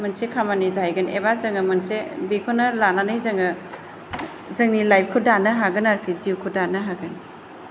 मोनसे खामानि जाहैगोन एबा जोङो मोनसे बेखौनो लानानै जोङो जोंनि लाइफखौ दानो हागोन आरो जिउखौ दानो हागोन